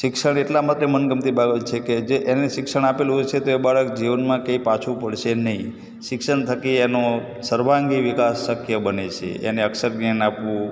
શિક્ષણ એટલા માટે મનગમતી બાબત છે કે જે એને શિક્ષણ આપેલું હોય છે તે બાળક જીવનમાં ક્યાંય પાછું પડશે નહીં શિક્ષણ થકી એનો સર્વાંગી વિકાસ શક્ય બને છે એને અક્ષરજ્ઞાન આપવું